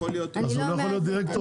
אז הוא לא יכול להיות דירקטור?